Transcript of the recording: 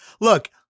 Look